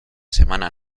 semana